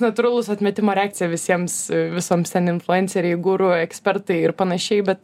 natūralus atmetimo reakcija visiems visoms ten influenceriai guru ekspertai ir panašiai bet